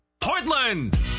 Portland